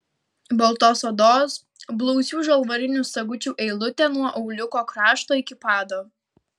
baltos odos blausių žalvarinių sagučių eilutė nuo auliuko krašto iki pado